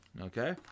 Okay